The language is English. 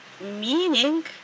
meaning